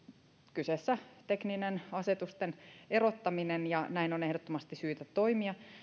kyseessä on tekninen asetusten erottaminen ja näin on ehdottomasti syytä toimia